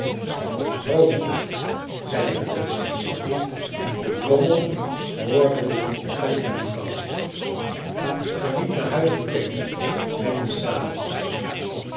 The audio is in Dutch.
roodkop zeiden de menschen in de stad de trommel hoorde dit van de buurvrouwen ga niet naar huis toe peter riepen de